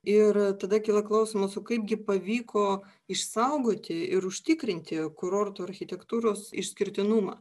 ir tada kyla klausimas o kaipgi pavyko išsaugoti ir užtikrinti kurorto architektūros išskirtinumą